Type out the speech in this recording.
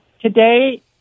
today